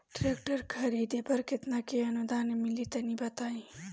Tractor खरीदे पर कितना के अनुदान मिली तनि बताई?